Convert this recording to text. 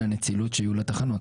גם על הנצילות שיהיו לתחנות.